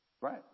right